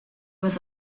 was